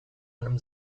einem